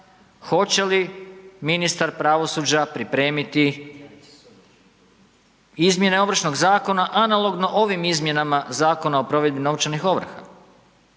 hoće li ministar pravosuđa pripremiti izmjene Ovršnog zakona analogno ovim izmjenama Zakona o provedbi novčanih ovrha?